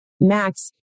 Max